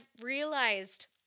realized